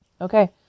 Okay